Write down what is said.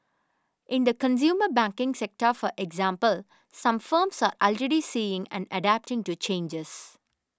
in the consumer banking sector for example some firms are already seeing and adapting to changes